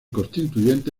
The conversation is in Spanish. constituyente